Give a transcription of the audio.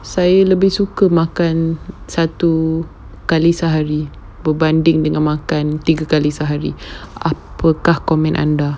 saya lebih suka makan satu kali sehari berbanding dengan tiga kali sehari apakah komen anda